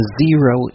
zero